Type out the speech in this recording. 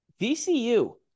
VCU